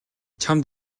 чамд